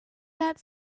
that